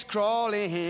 Crawling